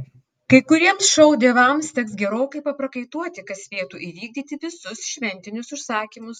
kai kuriems šou dievams teks gerokai paprakaituoti kad spėtų įvykdyti visus šventinius užsakymus